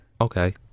okay